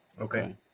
Okay